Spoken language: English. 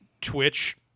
Twitch